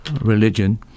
religion